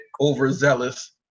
overzealous